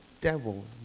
devil